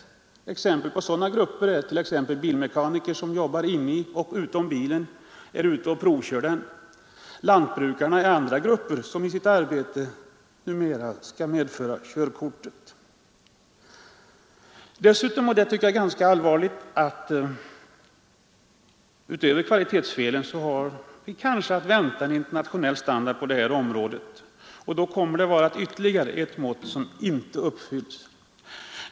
Ett exempel på detta är bilmekanikern som jobbar inom och utom bilen och sedan provkör den. Lantbrukarna är en annan grupp som i sitt arbete numera skall medföra körkortet. Utöver kvalitetsfelen har vi kanske — och det tycker jag är ganska «allvarligt — att vänta en internationell standard på det här området. Då tillkommer ytterligare krav som inte uppfylls.